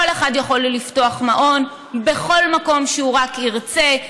כל אחד יכול לפתוח מעון בכל מקום שהוא רק ירצה,